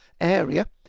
area